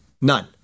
None